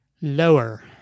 Lower